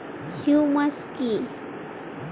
Humus কি?